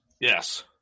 Yes